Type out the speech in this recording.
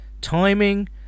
timing